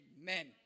Amen